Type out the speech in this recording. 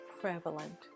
prevalent